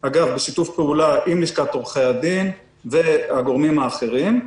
אגב בשיתוף פעולה עם לשכת עורכי הדין ועם הגורמים האחרים,